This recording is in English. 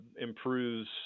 improves